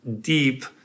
deep